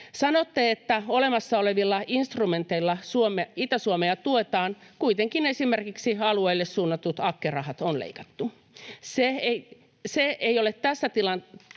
Sanotte, että olemassa olevilla instrumenteilla Itä-Suomea tuetaan. Kuitenkin esimerkiksi alueille suunnatut AKKE-rahat on leikattu. Se ei tässä tilanteessa